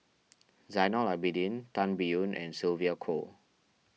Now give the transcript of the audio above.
Zainal Abidin Tan Biyun and Sylvia Kho